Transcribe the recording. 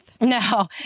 No